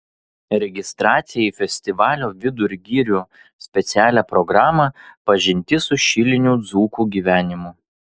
registracija į festivalio vidur girių specialią programą pažintis su šilinių dzūkų gyvenimu